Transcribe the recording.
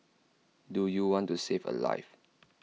do you want to save A life